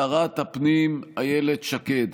שרת הפנים אילת שקד.